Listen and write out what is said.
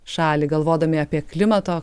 šalį galvodami apie klimato